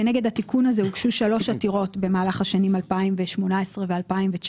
כנגד התיקון הזה הוגשו 3 עתירות במהלך השנים 2018 ו-2019.